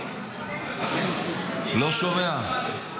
------ לא שומע.